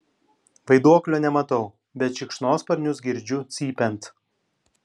vaiduoklio nematau bet šikšnosparnius girdžiu cypiant